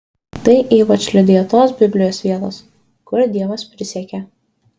tai ypač liudija tos biblijos vietos kur dievas prisiekia